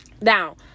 now